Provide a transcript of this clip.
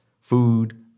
food